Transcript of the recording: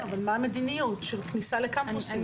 אבל מה המדיניות של כניסה לקמפוסים?